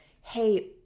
hey